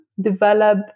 develop